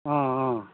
অঁ অঁ